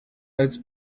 als